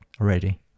already